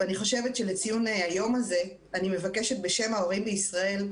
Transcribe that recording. אני חושבת שלציון היום הזה אני מבקשת בשם ההורים בישראל,